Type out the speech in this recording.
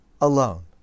alone